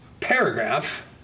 paragraph